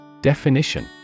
Definition